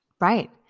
Right